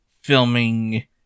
filming